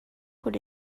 could